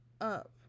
up